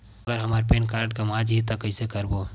अगर हमर PAN card गवां जाही कइसे करबो?